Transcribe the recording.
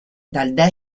dal